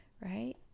right